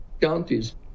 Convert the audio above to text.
counties